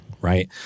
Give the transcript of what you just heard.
Right